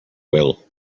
will